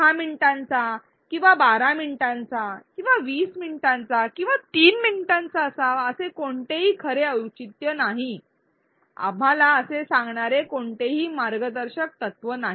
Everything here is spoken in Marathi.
१० मिनिटांचा किंवा १२ मिनिटांचा किंवा २० मिनिटांचा किंवा ३ मिनिटांचा असावा असे कोणतेही खरे औचित्य नाही आम्हाला असे सांगणारे कोणतेही मार्गदर्शक तत्त्व नाही